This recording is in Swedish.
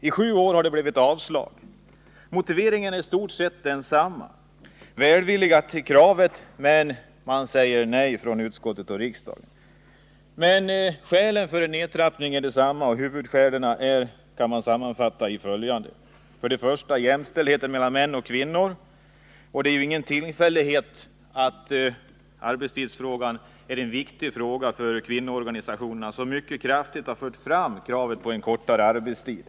I sju år har det blivit avslag. Motiveringen är i stort sett densamma. Utskottet och riksdagen är välvilliga till kravet men säger nej. Huvudskälen för en nedtrappning av arbetstiden är följande: 1. Jämställdheten mellan kvinnor och män. Det är ingen tillfällighet att det är just kvinnoorganisationer som mycket kraftigt för fram kravet på en kortare arbetstid.